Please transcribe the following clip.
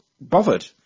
bothered